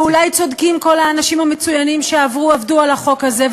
ואולי צודקים כל האנשים המצוינים שעבדו על החוק הזה,